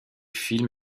film